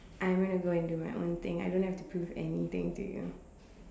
I'm gonna go and do my own thing I don't have to prove anything to you